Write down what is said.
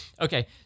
Okay